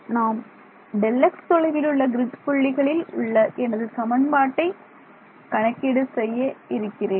நாம் Δx தொலைவிலுள்ள கிரிட் புள்ளிகளில் உள்ள எனது சமன்பாட்டை கணக்கீடு செய்ய இருக்கிறேன்